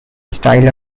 style